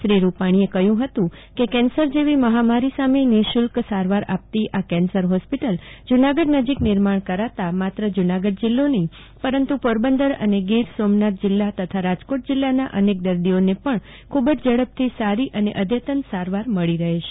શ્રી રુપાણીએ કહ્યું કે કેન્સર જેવી મફામાફી સામે નિસુલ્ક સારવાર આપતી આ કેન્સર ફોસ્પિટલ જુનાગઢ નજીક નિર્માણ કરાતા માત્રે જૂનાગઢ જીલ્લો નહિ પરંતુ પોરબંદર અને ગીર સોમનાથ જીલ્લો તેમજ રાજકોટ જીલ્લાના અનેક દર્દીઓને પણ ખુબ જ ઝડપથી સારી અને અધતન સારવાર મળી રહેશે